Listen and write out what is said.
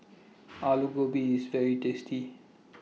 Aloo Gobi IS very tasty